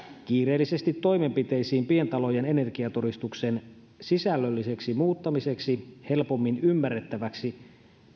kiireellisesti toimenpiteisiin pientalojen energiatodistuksen sisällölliseksi muuttamiseksi helpommin ymmärrettäväksi